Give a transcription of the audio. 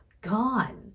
gone